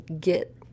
get